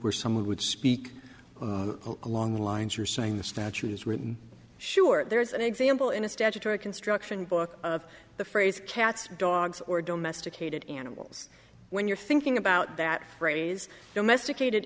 where someone would speak along the lines you're saying the statute is written sure there is an example in a statutory construction book of the phrase cats dogs or domestic ated animals when you're thinking about that phrase domesticated